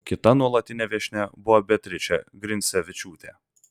kita nuolatinė viešnia buvo beatričė grincevičiūtė